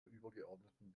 übergeordneten